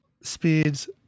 speeds